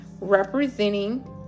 representing